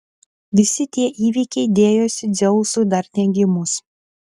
visi tie įvykiai dėjosi dzeusui dar negimus